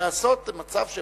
ולעשות מצב שבו,